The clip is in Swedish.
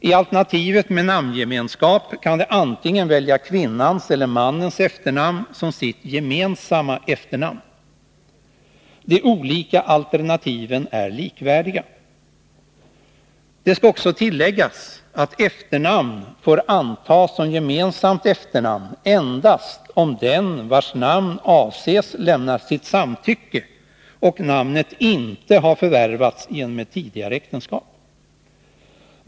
I alternativet med namngemenskap kan de antingen välja kvinnans eller mannens efternamn som sitt gemensamma efternamn. De olika alternativen är likvärdiga. Det skall också tilläggas att efternamn får antas som gemensamt efternamn endast om den vars namn avses lämnat sitt samtycke och namnet inte har förvärvats genom ett tidigare äktenskap.